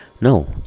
no